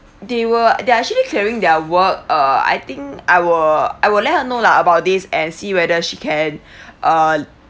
they were they're actually clearing their work uh I think I will I will let her know lah about this and see whether she can uh